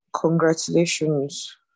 Congratulations